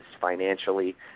financially